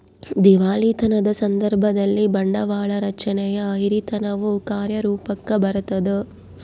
ದಿವಾಳಿತನದ ಸಂದರ್ಭದಲ್ಲಿ, ಬಂಡವಾಳ ರಚನೆಯ ಹಿರಿತನವು ಕಾರ್ಯರೂಪುಕ್ಕ ಬರತದ